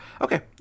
Okay